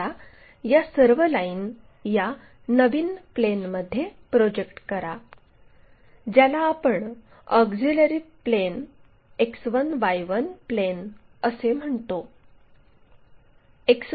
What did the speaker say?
आता या सर्व लाईन या नवीन प्लेनमध्ये प्रोजेक्ट करा ज्याला आपण auxiliary plane X1 Y1 plane असे म्हणतो